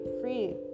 free